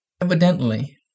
Evidently